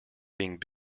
being